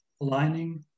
aligning